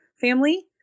family